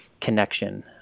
connection